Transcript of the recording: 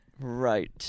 Right